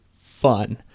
fun